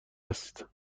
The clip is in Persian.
است